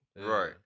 Right